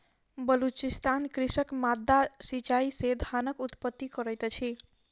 बलुचिस्तानक कृषक माद्दा सिचाई से धानक उत्पत्ति करैत अछि